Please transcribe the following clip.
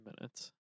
minutes